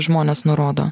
žmones nurodo